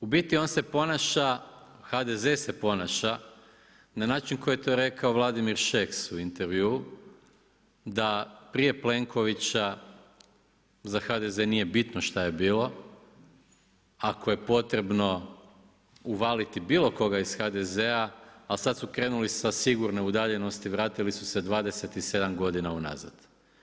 U biti on se ponaša, HDZ se ponaša na način koji je to rekao Vladimi Šeks u intervjuu da prije Plenkovića za HDZ nije bitno šta je bilo, ako je potrebno uvaliti bilo koga iz HDZ-a ali sada su krenuli sa sigurne udaljenosti, vratili su se 27 godina unazad.